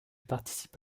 participe